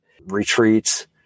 retreats